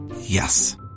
Yes